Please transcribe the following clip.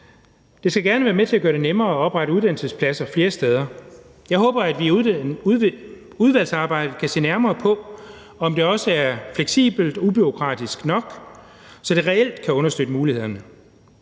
Det skal gerne være med til at gøre det nemmere at oprette uddannelsespladser flere steder. Jeg håber, at vi i udvalgsarbejdet kan se nærmere på, om det også er fleksibelt og ubureaukratisk nok, så det reelt kan understøtte mulighederne.